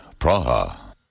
Praha